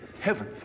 Heaven